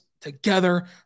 together